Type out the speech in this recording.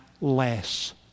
less